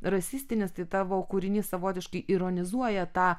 rasistinis tai tavo kūrinys savotiškai ironizuoja tą